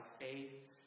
faith